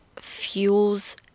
fuels